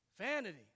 Vanity